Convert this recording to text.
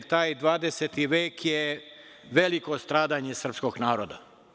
Taj 20. vek je veliko stradanje srpskog naroda.